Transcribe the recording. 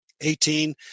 Eighteen